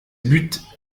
buts